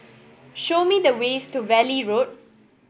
show me the way to Valley Road